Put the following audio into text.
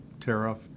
tariff